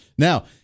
Now